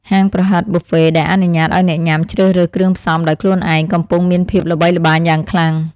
ហាងប្រហិតប៊ូហ្វេដែលអនុញ្ញាតឱ្យអ្នកញ៉ាំជ្រើសរើសគ្រឿងផ្សំដោយខ្លួនឯងកំពុងមានភាពល្បីល្បាញយ៉ាងខ្លាំង។